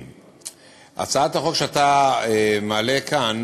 הצעת החוק שאתה מעלה כאן